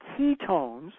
ketones